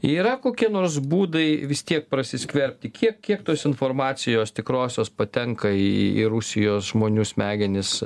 yra kokie nors būdai vis tiek prasiskverbti kiek kiek tos informacijos tikrosios patenka į į rusijos žmonių smegenis